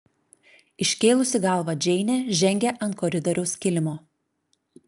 iškėlusi galvą džeinė žengė ant koridoriaus kilimo